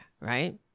right